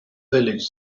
village